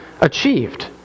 achieved